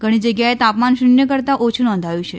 ઘણી જગ્યાએ તાપમાન શુન્ય કરતા ઓછુ નોંધાયુ છે